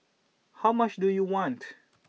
how much do you want